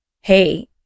hey